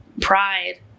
pride